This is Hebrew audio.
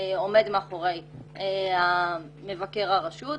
עומד מאחורי מבקר הרשות.